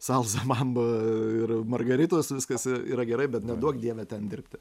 salsa mamba ir margaritos viskas yra gerai bet neduok dieve ten dirbti